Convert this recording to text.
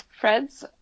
Fred's